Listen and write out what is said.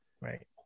Right